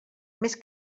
més